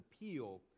appeal